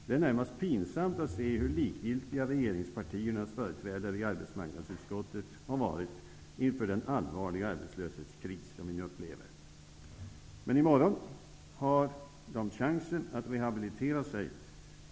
Det är närmast pinsamt att se hur likgiltiga regeringspartiernas företrädare i arbetsmarknadsutskottet har varit inför den allvarliga arbetslöshetskris som vi nu upplever. I morgon har de chansen att rehabilitera sig.